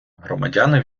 громадяни